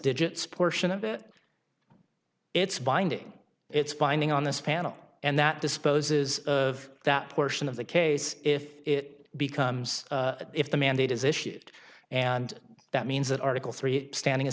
digits portion of it it's binding it's binding on this panel and that disposes of that portion of the case if it becomes if the mandate is issued and that means that article three standing